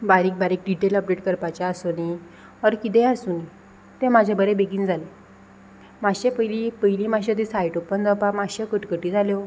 बारीक बारीक detail update करपाचें आसुनी ऑर कितेंय आसुनी तें म्हाजें बरें बेगीन जालें मातशें पयली पयली मातशें ती सायट ओपन जावपाक मातश्यो कटकटी जाल्यो